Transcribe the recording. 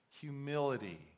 humility